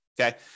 Okay